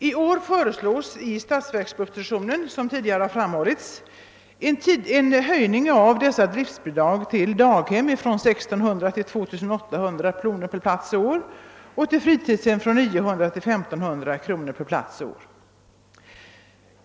I år föreslås i statsverkspropositionen en höjning av dessa bidrag till daghem från 1 600 till 2 800 kronor per plats och år och till fritidshem från 900 till 1500 kronor per plats och år.